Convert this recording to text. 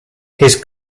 his